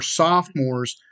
sophomores